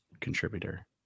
contributor